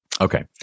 Okay